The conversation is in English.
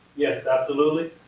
yes, absolutely.